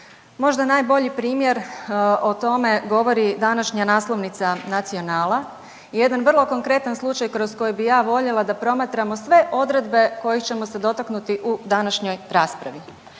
Možda najbolji primjer o tome govori današnja naslovnica Nacionala i jedan vrlo konkretan slučaj kroz koji bi ja voljela da promatramo sve odredbe kojih ćemo se dotaknuti u današnjoj raspravi.